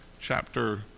chapter